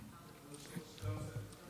אני רוצה עוד שאלה.